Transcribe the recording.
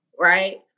right